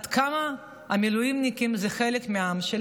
עד כמה המילואימניקים הם חלק מהעם שלי.